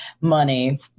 money